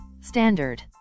Standard